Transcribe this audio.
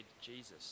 Jesus